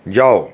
যাও